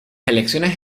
elecciones